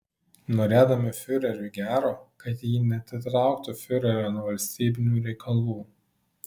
norėdami fiureriui gero kad ji neatitrauktų fiurerio nuo valstybinių reikalų